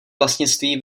vlastnictví